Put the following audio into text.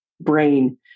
brain